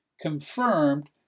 confirmed